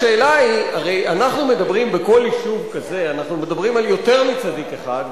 השאלה היא: הרי בכל יישוב כזה אנחנו מדברים על יותר מצדיק אחד,